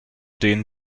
denen